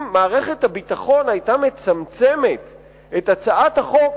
אם מערכת הביטחון היתה מצמצמת את הצעת החוק